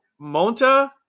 Monta